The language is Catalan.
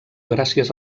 gràcies